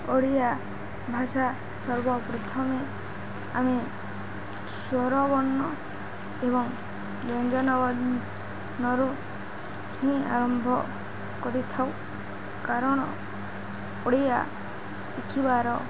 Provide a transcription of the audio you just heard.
ଓଡ଼ିଆ ଭାଷା ସର୍ବପ୍ରଥମେ ଆମେ ସ୍ୱରବର୍ଣ୍ଣ ଏବଂ ବ୍ୟଞ୍ଜନ ବର୍ଣ୍ଣରୁ ହିଁ ଆରମ୍ଭ କରିଥାଉ କାରଣ ଓଡ଼ିଆ ଶିଖିବାର